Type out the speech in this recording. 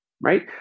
right